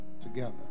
together